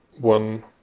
one